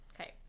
Okay